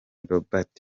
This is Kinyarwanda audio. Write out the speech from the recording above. robert